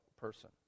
person